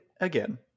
again